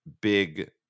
big